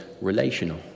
relational